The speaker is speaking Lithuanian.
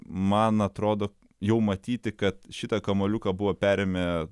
man atrodo jau matyti kad šitą kamuoliuką buvo perėmę